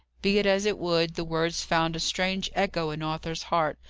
be it as it would, the words found a strange echo in arthur's heart,